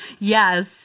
Yes